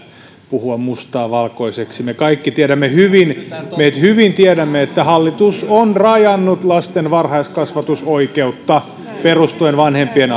puhua mustaa valkoiseksi me kaikki tiedämme hyvin että hallitus on rajannut lasten varhaiskasvatusoikeutta perustuen vanhempien